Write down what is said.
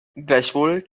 gleichwohl